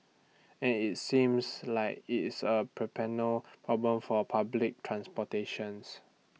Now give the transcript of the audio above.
and IT seems like it's A perennial problem for public transportation